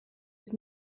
was